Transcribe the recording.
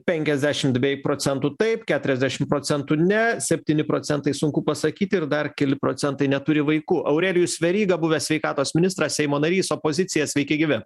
penkiasdešimt beveik procentų taip keturiasdešim procentų ne septyni procentai sunku pasakyti ir dar keli procentai neturi vaikų aurelijus veryga buvęs sveikatos ministras seimo narys opozicija sveiki gyvi